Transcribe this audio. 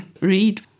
read